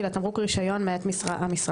כי לתמרוק רישיון מאת המשרד.